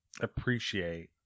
appreciate